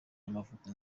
y’amavuko